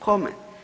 Kome?